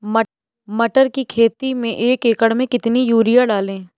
मटर की खेती में एक एकड़ में कितनी यूरिया डालें?